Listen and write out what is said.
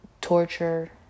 torture